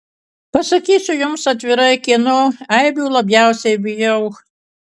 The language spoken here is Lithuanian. pasakysiu jums atvirai kieno eibių labiausiai bijau